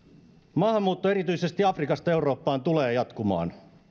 maahanmuutto erityisesti afrikasta eurooppaan tulee jatkumaan